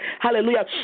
hallelujah